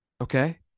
Okay